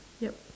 yup